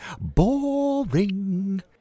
Boring